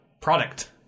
product